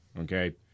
okay